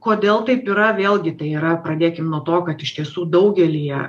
kodėl taip yra vėlgi tai yra pradėkim nuo to kad iš tiesų daugelyje